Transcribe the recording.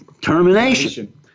Termination